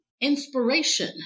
inspiration